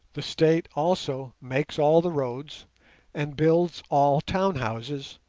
the state also makes all the roads and builds all town houses,